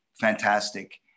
fantastic